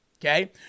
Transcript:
okay